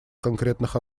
конкретных